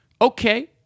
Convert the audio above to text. Okay